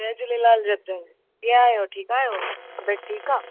जय झूलेलाल जतिन कीअं आहियो ठीकु आहियो तबियतु ठीकु आहे